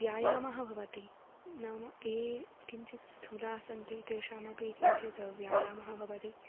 व्यायामः भवति नाम ये किञ्चित् स्थूलाः सन्ति तेषामपि किञ्चित् व्यायामः भवति